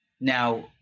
Now